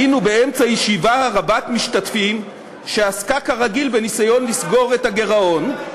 היינו באמצע ישיבה רבת-משתתפים שעסקה כרגיל בניסיון לסגור את הגירעון".